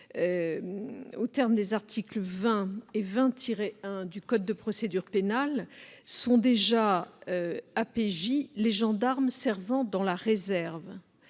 Aux termes des articles 20 et 20-1 du code de procédure pénale, sont déjà APJ les gendarmes servant dans la réserve.